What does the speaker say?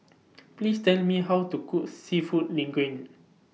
Please Tell Me How to Cook Seafood Linguine